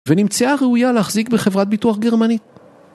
ונמצאה ראויה להחזיק בחברת ביטוח גרמנית.